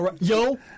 Yo